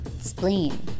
spleen